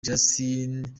justin